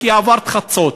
כי עברו את חצות.